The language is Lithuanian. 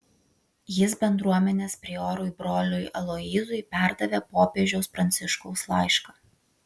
jis bendruomenės priorui broliui aloyzui perdavė popiežiaus pranciškaus laišką